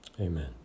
Amen